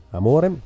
amore